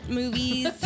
movies